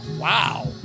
Wow